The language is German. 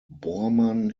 bormann